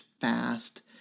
fast